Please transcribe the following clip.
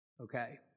Okay